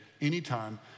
anytime